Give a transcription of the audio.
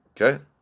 Okay